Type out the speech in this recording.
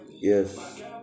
Yes